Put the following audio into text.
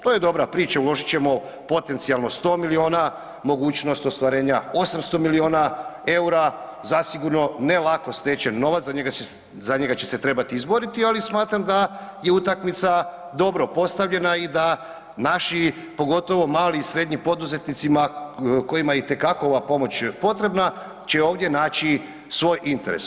To je dobra priča, uložit ćemo potencijalno 100 miliona, mogućnost ostvarenja 800 miliona EUR-a zasigurno ne lako stečen novac, za njega će se trebati izboriti, ali smatram da je utakmica dobro postavljena i da naši pogotovo mali i srednji poduzetnicima kojima je itekako ova pomoć potrebna će ovdje naći svoj interes.